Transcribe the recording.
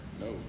No